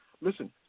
listen